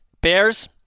Bears